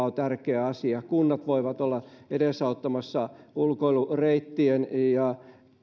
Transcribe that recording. on tärkeä asia kunnat voivat olla edesauttamassa ulkoilureittien ja